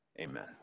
amen